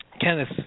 Kenneth